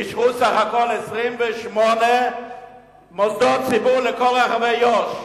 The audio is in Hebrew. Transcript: אישרו סך הכול 28 מוסדות ציבור לכל רחבי יו"ש.